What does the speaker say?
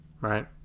right